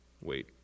wait